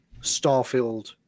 Starfield